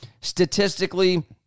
Statistically